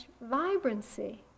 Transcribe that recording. vibrancy